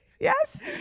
Yes